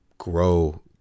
grow